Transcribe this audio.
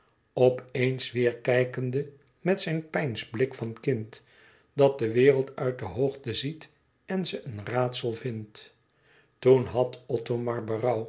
op eens weêr kijkende met zijn peinsblik van kind dat de wereld uit de hoogte ziet en ze een raadsel vindt toen had